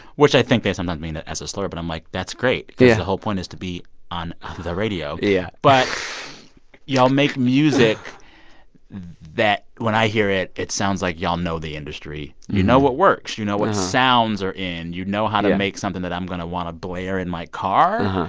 which i think there's i'm not meaning that as a slur, but i'm like, that's great. yeah. because the whole point is to be on ah the radio yeah but you all make music that when i hear it, it sounds like you all know the industry. you know what works. you know what sounds are in. you know how to make something that i'm going to want to blare in my car.